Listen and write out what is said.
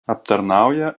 aptarnauja